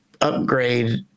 upgrade